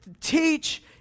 teach